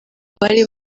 bari